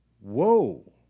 Whoa